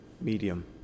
medium